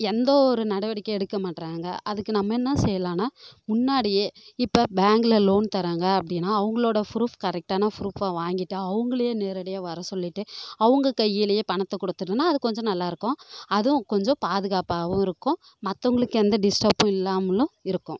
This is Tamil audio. எந்த ஒரு நடவடிக்கையும் எடுக்க மாட்டுறாங்க அதுக்கு நம்ம என்ன செய்யலானா முன்னாடியே இப்போ பேங்கில் லோன் தராங்க அப்படினா அவங்களோட ஃபுரூஃப் கரெக்ட்டான ஃபுரூஃபாக வாங்கிவிட்டா அவங்களையே நேரடியாக வர சொல்லிவிட்டு அவங்க கையிலையே பணத்தை கொடுத்துருந்தனா அது கொஞ்சம் நல்லா இருக்கும் அதுவும் கொஞ்சம் பாதுகாப்பாகவும் இருக்கும் மற்றவங்களுக்கு எந்த டிஸ்டப்பும் இல்லாமலும் இருக்கும்